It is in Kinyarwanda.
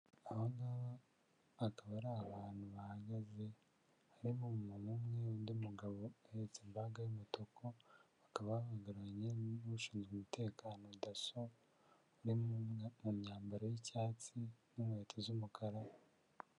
Abangaba akaba ari abantu bahagaze, harimo umuntu umwe w'undi mugabo ahetse ibaga y'umutuku bakaba bahagararanye n'ushinzwe umutekano daso uri mu myambaro y'icyatsi n'inkweto z'umukara.